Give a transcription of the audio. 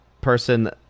person